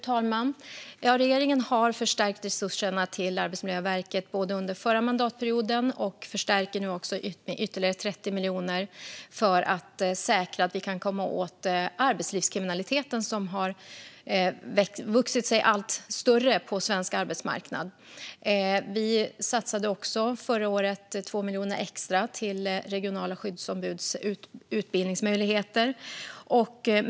Fru talman! Regeringen har förstärkt resurserna till Arbetsmiljöverket. Vi gjorde det under förra mandatperioden, och vi förstärker nu med ytterligare 30 miljoner för att säkra att vi kan komma åt arbetslivskriminaliteten, som har vuxit sig allt större på svensk arbetsmarknad. Förra året satsade vi också 2 miljoner extra på regionala skyddsombuds utbildningsmöjligheter.